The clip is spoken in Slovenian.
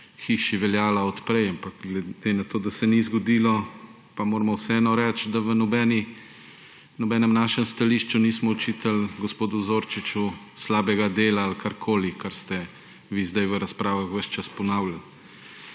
hiši veljala od prej. Ampak glede na to, da se ni zgodilo, moramo vseeno reči, da v nobenem našem stališču nismo očitali gospodu Zorčiču slabega dela ali karkoli, kar ste vi zdaj v razpravah ves čas ponavljali.